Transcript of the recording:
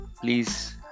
please